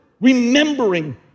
remembering